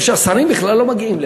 או שהשרים בכלל לא מגיעים לפה.